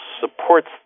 supports